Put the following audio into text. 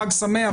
חג שמח,